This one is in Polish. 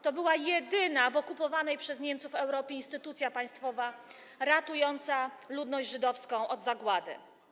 To była jedyna w okupowanej przez Niemców Europie instytucja państwowa ratująca ludność żydowską od zagłady.